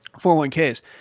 401ks